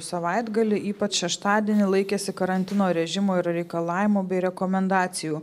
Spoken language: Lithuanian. savaitgalį ypač šeštadienį laikėsi karantino režimo ir reikalavimų bei rekomendacijų